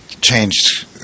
changed